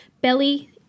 belly